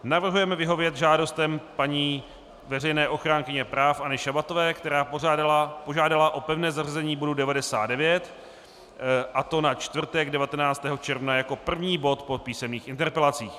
Navrhujeme vyhovět žádostem paní veřejné ochránkyně práv Anny Šabatové, která požádala o pevné zařazení bodu 99, a to na čtvrtek 19. června jako první bod po písemných interpelacích.